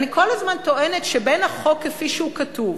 אני כל הזמן טוענת שבין החוק כפי שהוא כתוב